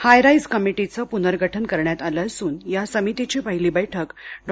हाय rise कमिटीचे पुनर्गठन करण्यात आलं असून या समितीची पहिली बैठक डॉ